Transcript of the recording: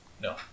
No